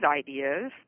ideas